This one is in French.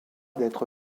d’être